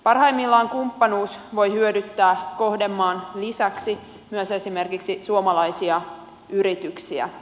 parhaimmillaan kumppanuus voi hyödyttää kohdemaan lisäksi myös esimerkiksi suomalaisia yrityksiä